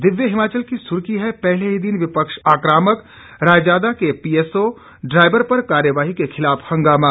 दिव्य हिमाचल की सुर्खी है पहले ही दिन विपक्ष आक्रामक रायजादा के पीएसओ ड्राइवर पर कार्रवाई के खिलाफ हंगामा